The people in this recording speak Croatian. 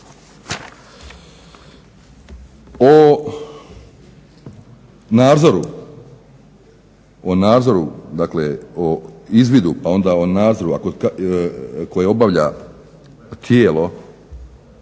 platiti. O nadzoru, dakle o izvidu onda o nadzoru koje obavlja tijelo